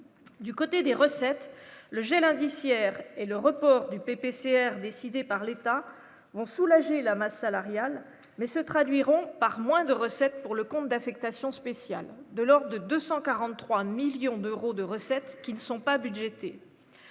du côté des recettes le gel indiciaire et le report du PPCR décidée par l'État vont soulager la masse salariale mais se traduiront par moins de recettes pour le compte d'affectation spéciale de de 243 millions d'euros de recettes qui ne sont pas de budgéter.